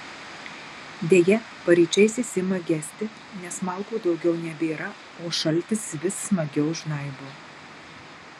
deja paryčiais jis ima gesti nes malkų daugiau nebėra o šaltis vis smagiau žnaibo